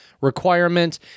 requirement